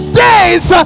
days